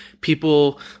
people